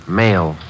male